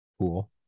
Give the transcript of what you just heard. Cool